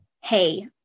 hey